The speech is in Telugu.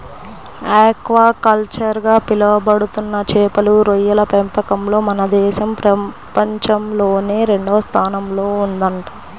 ఆక్వాకల్చర్ గా పిలవబడుతున్న చేపలు, రొయ్యల పెంపకంలో మన దేశం ప్రపంచంలోనే రెండవ స్థానంలో ఉందంట